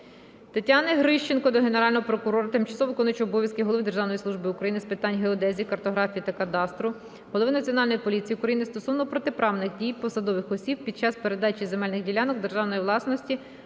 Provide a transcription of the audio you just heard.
Тетяни Грищенко до Генерального прокурора, тимчасово виконуючого обов'язки голови Державної служби України з питань геодезії, картографії та кадастру, Голови Національної поліції України стосовно протиправних дій посадових осіб під час передачі земельних ділянок державної власності